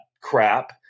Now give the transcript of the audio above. crap